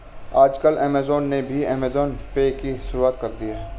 आजकल ऐमज़ान ने भी ऐमज़ान पे की शुरूआत कर दी है